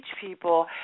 people